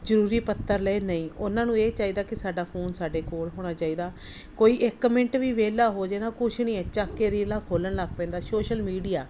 ਜ਼ਰੂਰੀ ਪੱਤਰ ਲਏ ਨਹੀਂ ਉਹਨਾਂ ਨੂੰ ਇਹ ਚਾਹੀਦਾ ਕਿ ਸਾਡਾ ਫੂਨ ਸਾਡੇ ਕੋਲ ਹੋਣਾ ਚਾਹੀਦਾ ਕੋਈ ਇੱਕ ਮਿੰਟ ਵੀ ਵਿਹਲਾ ਹੋ ਜੇ ਨਾ ਕੁਛ ਨਹੀਂ ਆ ਚੱਕ ਕੇ ਰੀਲਾਂ ਖੋਲ੍ਹਣ ਲੱਗ ਪੈਂਦਾ ਸੋਸ਼ਲ ਮੀਡੀਆ